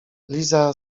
liza